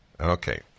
Okay